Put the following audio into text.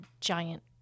giant